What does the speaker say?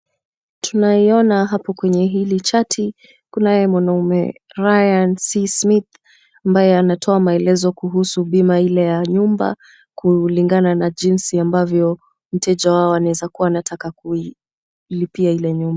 Tunaiona hapo kwenye hili chati kunaye mwanaume Ryan C. Smith ambaye anatoa maelezo kuhusu bima ile ya nyumba kulingana na jinsi ambavyo mteja wao anaweza kuwa anataka kuilipia ile nyumba.